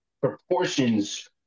proportions